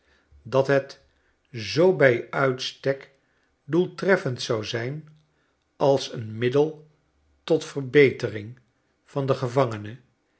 dat het zoo bij uitstek doeltreffend zou zijn als een middel tot verbetering van den gevangene